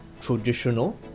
traditional